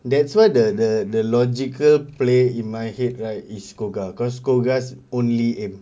that's why the the the logical play in my head right is SCOGA cause SCOGA's only aim